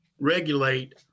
regulate